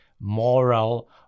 moral